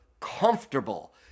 comfortable